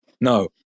No